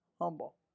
humble